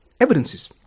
evidences